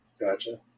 Gotcha